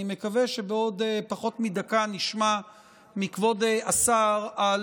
אני מקווה שבעוד פחות מדקה נשמע מכבוד השר על